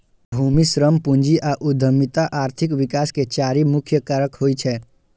भूमि, श्रम, पूंजी आ उद्यमिता आर्थिक विकास के चारि मुख्य कारक होइ छै